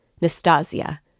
Nastasia